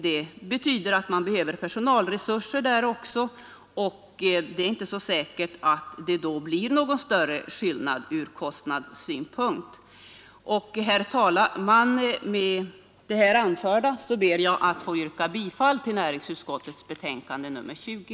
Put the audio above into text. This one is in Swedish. Det betyder att det också behövs personal, varför det inte alls är säkert att det blir någon skillnad från kostnadssynpunkt. Med det anförda ber jag att få yrka bifall till näringsutskottets hemställan i betänkandet nr 20.